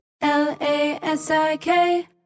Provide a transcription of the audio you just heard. L-A-S-I-K